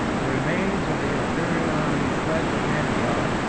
the remains of the imperial army fled to antioch,